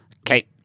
Okay